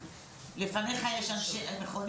שנים.